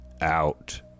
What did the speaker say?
out